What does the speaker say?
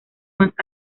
más